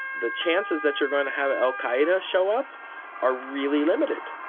the chances that you're going to have al-qa'eda show up are really limited.